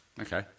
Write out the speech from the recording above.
Okay